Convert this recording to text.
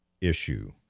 issue